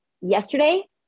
yesterday